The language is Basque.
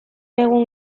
egun